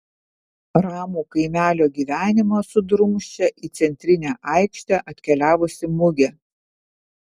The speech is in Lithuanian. ramų kaimelio gyvenimą sudrumsčia į centrinę aikštę atkeliavusi mugė